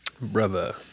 Brother